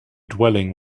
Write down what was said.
dwelling